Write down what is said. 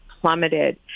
plummeted